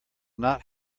not